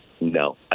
No